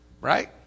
Right